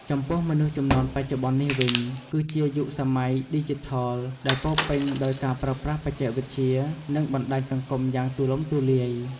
ចំពោះមនុស្សជំនាន់បច្ចុប្បន្ននេះវិញ គឺជាយុគសម័យឌីជីថលដែលពោរពេញដោយការប្រើប្រាស់បច្ចេកវិទ្យា និងបណ្ដាញសង្គមយ៉ាងទូលំទូលាយ។